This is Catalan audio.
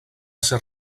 ser